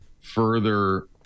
further